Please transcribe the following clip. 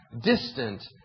distant